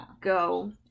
go